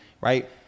Right